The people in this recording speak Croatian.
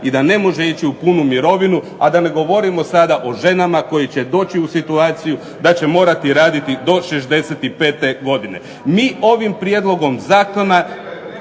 i da ne može ići u punu mirovinu, a da ne govorimo sada o ženama koje će doći u situaciju da će morati raditi do 65 godine. Mi ovim prijedlogom zakona